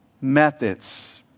methods